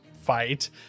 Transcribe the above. fight